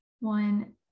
One